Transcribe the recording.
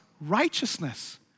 righteousness